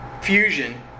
fusion